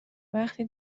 وقتی